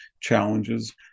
challenges